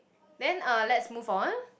then uh let's move on